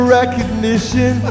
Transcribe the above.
recognition